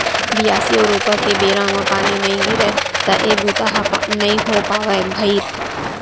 बियासी अउ रोपा के बेरा म पानी नइ गिरय त ए बूता ह नइ हो पावय भइर